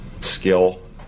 skill